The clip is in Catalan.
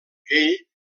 ell